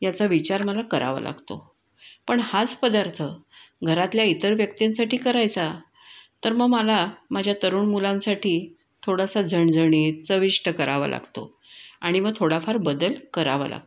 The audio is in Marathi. याचा विचार मला करावा लागतो पण हाच पदार्थ घरातल्या इतर व्यक्तींसाठी करायचा तर मग मला माझ्या तरुण मुलांसाठी थोडासा झणझणीत चविष्ट करावा लागतो आणि मग थोडाफार बदल करावा लागतो